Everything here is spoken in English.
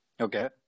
Okay